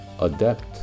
Adapt